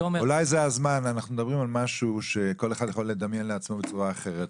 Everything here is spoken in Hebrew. מדברים על משהו שכל אחד יכול לדמיין לעצמו בצורה אחרת,